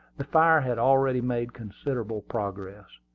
the fire had already made considerable progress.